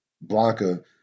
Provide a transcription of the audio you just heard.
Blanca